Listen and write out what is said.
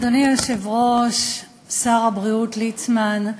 אדוני היושב-ראש, שר הבריאות ליצמן,